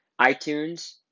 iTunes